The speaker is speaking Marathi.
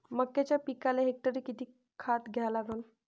मक्याच्या पिकाले हेक्टरी किती खात द्या लागन?